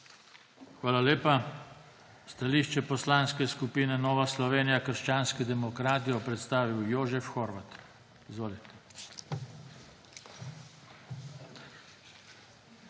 Hvala lepa. Stališče Poslanske skupine Nova Slovenija – krščanski demokrati bo predstavil Jožef Horvat. Izvolite.